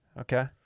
Okay